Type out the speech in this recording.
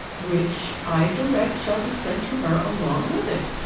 which i direct shall be sent to her along with it